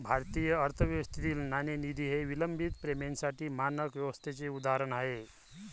भारतीय अर्थव्यवस्थेतील नाणेनिधी हे विलंबित पेमेंटसाठी मानक व्यवस्थेचे उदाहरण आहे